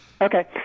Okay